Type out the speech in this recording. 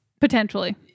Potentially